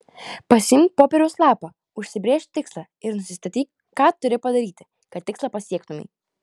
pasiimk popieriaus lapą užsibrėžk tikslą ir nusistatyk ką turi padaryti kad tikslą pasiektumei